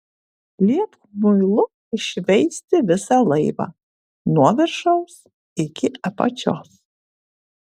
liepk muilu iššveisti visą laivą nuo viršaus iki apačios